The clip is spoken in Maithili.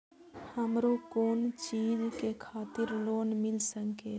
हमरो कोन चीज के खातिर लोन मिल संकेत?